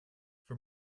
for